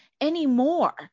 anymore